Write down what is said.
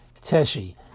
Teshi